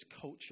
culture